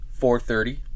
430